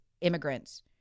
immigrants